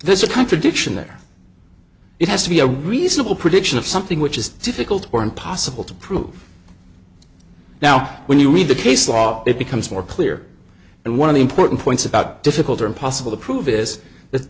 this a contradiction there it has to be a reasonable prediction of something which is difficult or impossible to prove now when you read the case law it becomes more clear and one of the important points about difficult or impossible to prove is that